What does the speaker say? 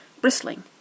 bristling